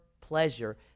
pleasure